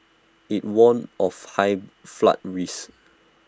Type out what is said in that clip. IT warned of high flood risk